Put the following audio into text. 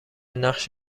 نقش